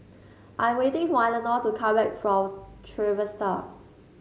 I waiting for Elenor to come back from Trevista